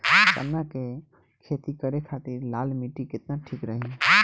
चना के खेती करे के खातिर लाल मिट्टी केतना ठीक रही?